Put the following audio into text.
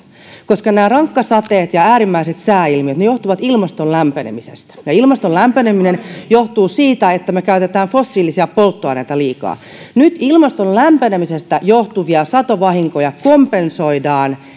koska rankkasateet ja äärimmäiset sääilmiöt johtuvat ilmaston lämpenemisestä ja ilmaston lämpeneminen johtuu siitä että me käytämme fossiilisia polttoaineita liikaa nyt ilmaston lämpenemisestä johtuvia satovahinkoja kompensoidaan